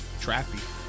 trappy